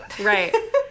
Right